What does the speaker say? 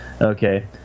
Okay